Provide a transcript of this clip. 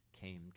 came